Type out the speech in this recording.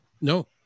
No